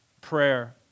Prayer